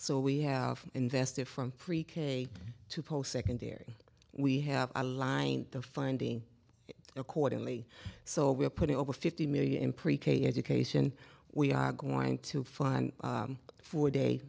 so we have invested from pre k to post secondary we have aligned the finding accordingly so we're putting over fifty million pre k education we are going to find a four day